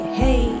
hey